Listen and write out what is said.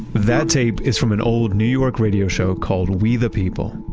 that tape is from an old new york radio show called we, the people'.